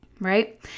Right